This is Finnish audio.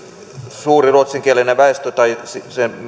suuri ruotsinkielinen väestö tai